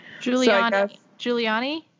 Giuliani